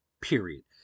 period